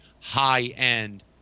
high-end